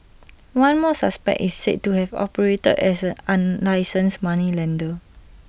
one more suspect is said to have operated as an unlicensed moneylender